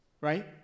Right